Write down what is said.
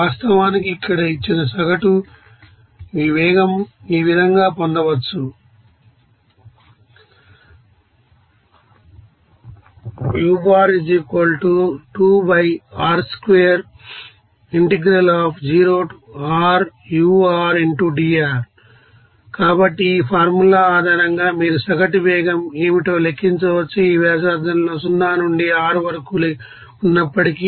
వాస్తవానికి ఇక్కడ ఇచ్చిన ఈ సగటు వేగం ఈ విధంగా పొందవచ్చు కాబట్టి ఈ ఫార్ములా ఆధారంగా మీరు సగటు వేగం ఏమిటో లెక్కించవచ్చు ఈ వ్యాసార్థంలో 0 నుండి R వరకు ఉన్నప్పటికీ